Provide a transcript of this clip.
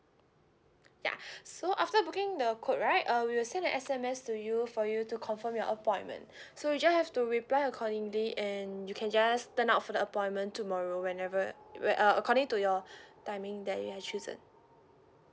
ya so after booking the code right uh we will send a S_M_S to you for you to confirm your appointment so you just have to reply accordingly and you can just turn out for the appointment tomorrow whenever where~ uh according to your timing that you have chosen